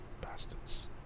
Bastards